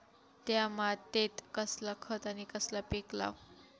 त्या मात्येत कसला खत आणि कसला पीक लाव?